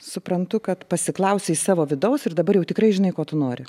suprantu kad pasiklausei savo vidaus ir dabar jau tikrai žinai ko tu nori